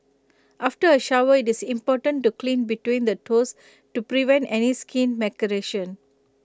after A shower IT is important to clean between the toes to prevent any skin maceration